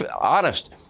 honest